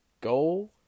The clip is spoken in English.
go